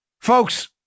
Folks